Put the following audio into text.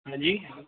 हाँ जी